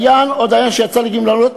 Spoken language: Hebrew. "דיין או דיין שיצא לגמלאות,